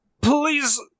please